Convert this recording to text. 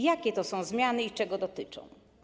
Jakie to są zmiany i czego dotyczą?